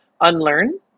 unlearn